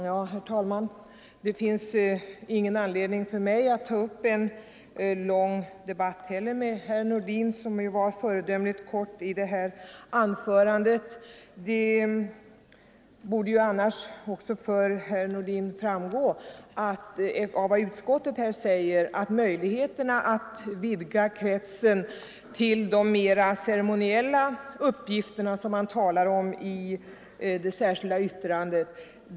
Herr talman! Det finns inte heller för mig någon anledning att ta upp en lång debatt med herr Nordin, som ju var föredömligt kort i sitt anförande. Av vad utskottet här säger borde det emellertid också för herr Nordin Nr 117 stå klart att möjligheter finns att vidga kretsen till förmån för de mera Torsdagen den ceremoniella uppgifterna som man talar om i det särskilda yttrandet.